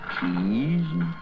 keys